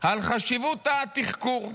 על חשיבות התחקור.